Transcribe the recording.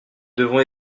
devons